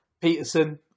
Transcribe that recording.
Peterson